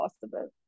possible